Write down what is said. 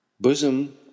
bosom